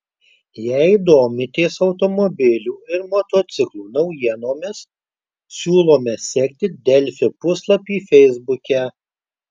jei domitės automobilių ir motociklų naujienomis siūlome sekti delfi puslapį feisbuke